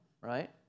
right